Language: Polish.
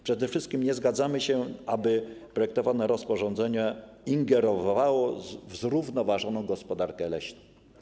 Przede wszystkim nie zgadzamy się, aby projektowane rozporządzenie ingerowało w zrównoważoną gospodarkę leśną.